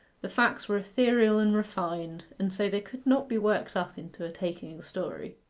the facts were ethereal and refined, and so they could not be worked up into a taking story.